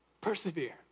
Persevere